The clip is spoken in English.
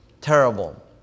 terrible